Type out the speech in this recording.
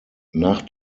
nach